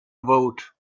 vote